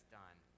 done